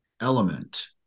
element